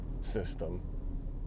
system